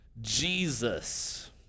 Jesus